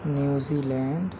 New Zealand